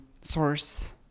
source